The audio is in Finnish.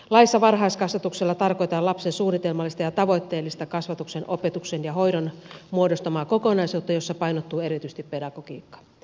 laissa varhaiskasvatuksella tarkoitetaan lapsen suunnitelmallista ja tavoitteellista kasvatuksen opetuksen ja hoidon muodostamaa kokonaisuutta jossa painottuu erityisesti pedagogiikka